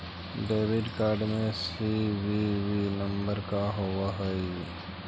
Debit card में CVV number का होव हइ?